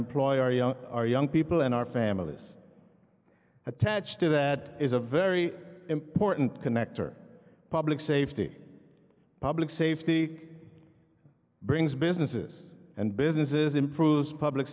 employ our our young people and our families attached to that is a very important connector public safety public safety brings businesses and businesses improves public